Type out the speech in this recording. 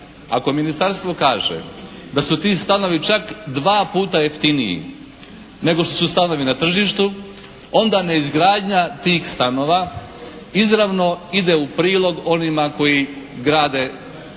ako ministarstvo kaže da su ti stanovi čak dva puta jeftiniji nego što su stanovi na tržištu onda neizgradnja tih stanova izravno ide u prilog onima koji grade stanove